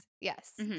Yes